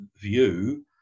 view